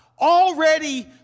already